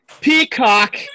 Peacock